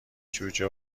جوجه